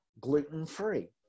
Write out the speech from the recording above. gluten-free